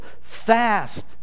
fast